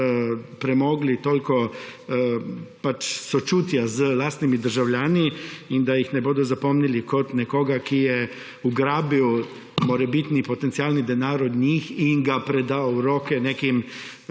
premogli toliko sočutja do lastnih državljanov in da si jih ne bodo zapomnili kot nekoga, ki je ugrabil morebitni, potencialni denar od njih in ga predal v roke nekim